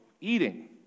eating